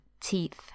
teeth